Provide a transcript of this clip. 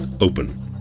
open